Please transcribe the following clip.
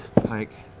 pike.